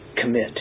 commit